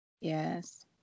Yes